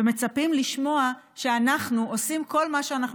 ומצפה לשמוע שאנחנו עושים כל מה שאנחנו